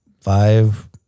five